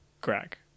Greg